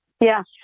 Yes